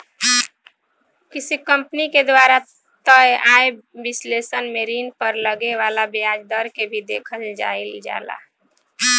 किसी कंपनी के द्वारा तय आय विश्लेषण में ऋण पर लगे वाला ब्याज दर के भी देखल जाइल जाला